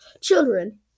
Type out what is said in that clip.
children